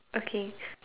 okay